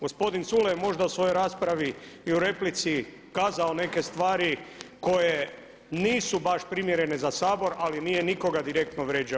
Gospodin Culej je možda u svojoj raspravi i u replici kazao neke stvari koje nisu baš primjerene za Sabor, ali nije nikoga direktno vrijeđao.